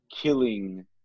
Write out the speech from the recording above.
killing